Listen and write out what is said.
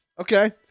Okay